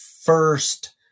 first